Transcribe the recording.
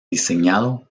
diseñado